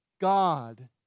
God